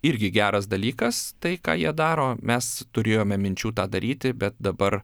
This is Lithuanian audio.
irgi geras dalykas tai ką jie daro mes turėjome minčių tą daryti bet dabar